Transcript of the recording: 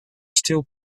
still